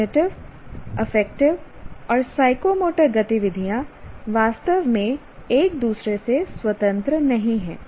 cognitive affective और psychomotor गतिविधियाँ वास्तव में एक दूसरे से स्वतंत्र नहीं हैं